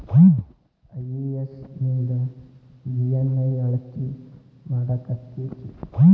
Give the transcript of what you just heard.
IES ನಿಂದ GNI ಅಳತಿ ಮಾಡಾಕಕ್ಕೆತಿ?